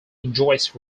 enjoys